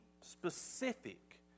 specific